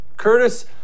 Curtis